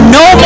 no